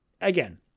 again